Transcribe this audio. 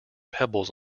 pebbles